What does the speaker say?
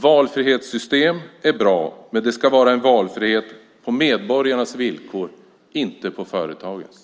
Valfrihetssystem är bra, men det ska vara en valfrihet på medborgarnas villkor - inte på företagens.